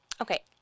Okay